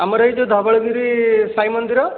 ଆମର ଏଇ ଯେଉଁ ଧବଳଗିରି ସାଇମନ୍ଦିର